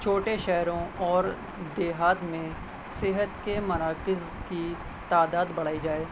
چھوٹے شہروں اور دیہات میں صحت کے مراکز کی تعداد بڑھائی جائے